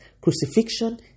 crucifixion